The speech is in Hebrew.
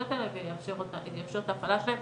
הסמכויות האלה ויאפשר את ההפעלה שלהם